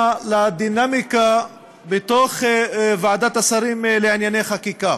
לדינמיקה בתוך ועדת השרים לענייני חקיקה.